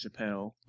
Chappelle